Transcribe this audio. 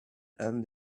and